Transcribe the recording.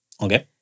Okay